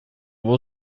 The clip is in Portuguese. vou